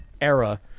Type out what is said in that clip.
era